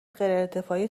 غیرانتفاعی